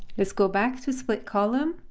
let's go back to split column.